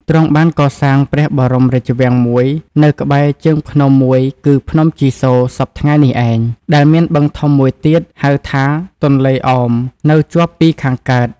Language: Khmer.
ទ្រង់បានកសាងព្រះបរមរាជវាំងមួយនៅក្បែរជើងភ្នំមួយគឺភ្នំជីសូរសព្វថ្ងៃនេះឯង ដែលមានបឹងធំមួយទៀត ហៅថា ទន្លេឱម នៅជាប់ពីខាងកើត ។